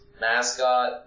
Mascot